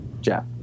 Jeff